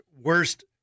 worst